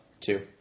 Two